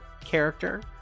character